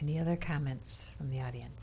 the other comments from the audience